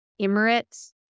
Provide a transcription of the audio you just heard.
Emirates